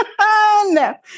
no